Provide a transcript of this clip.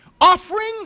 Offering